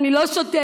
אני לא שותה.